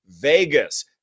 Vegas